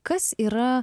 kas yra